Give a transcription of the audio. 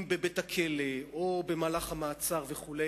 אם בבית-הכלא או במהלך המעצר וכו',